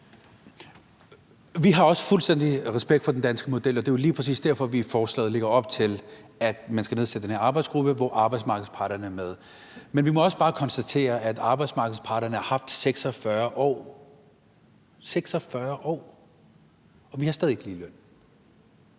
Vi har også fuldstændig respekt for den danske model, og det er jo lige præcis derfor, vi i forslaget lægger op til, at man skal nedsætte den her arbejdsgruppe, hvor arbejdsmarkedsparterne er med. Men vi må også bare konstatere, at arbejdsmarkedets parter har haft 46 år – 46 år – til at gøre det,